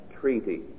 treaty